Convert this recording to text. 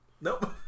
Nope